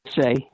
say